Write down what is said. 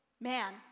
man